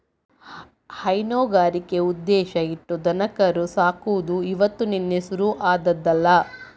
ಹೈನುಗಾರಿಕೆ ಉದ್ದೇಶ ಇಟ್ಟು ದನಕರು ಸಾಕುದು ಇವತ್ತು ನಿನ್ನೆ ಶುರು ಆದ್ದಲ್ಲ